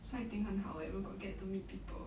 so I think 很好 eh 如果 get to meet people